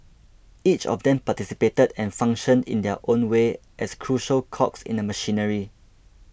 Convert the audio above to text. each of them participated and functioned in their own way as crucial cogs in the machinery